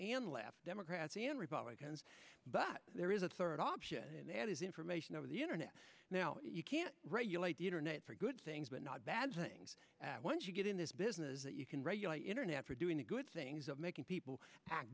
and left democrats and republicans but there is a third option that is information over the internet now you can regulate the internet for good things but not bad things once you get in this business that you can regulate the internet for doing the good things of making people act